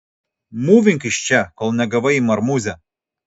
mūvink iš čia kol negavai į marmūzę